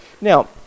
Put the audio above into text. Now